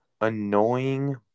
annoying